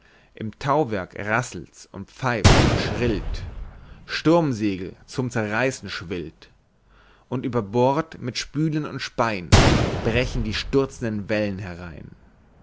im tauwerk rasselt's und pfeift und schrillt sturmsegel zum zerreißen schwillt und über bord mit spülen und spei'n brechen die stürzenden wellen herein